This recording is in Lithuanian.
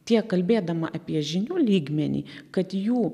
tiek kalbėdama apie žinių lygmenį kad jų